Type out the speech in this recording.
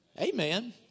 Amen